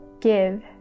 give